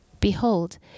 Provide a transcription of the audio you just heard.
Behold